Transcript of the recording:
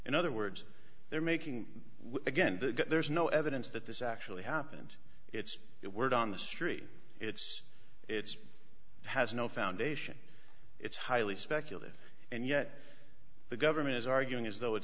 in other words they're making again there's no evidence that this actually happened it's that word on the street it's it's has no foundation it's highly speculative and yet the government is arguing as though it's